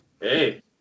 Hey